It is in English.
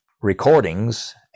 recordings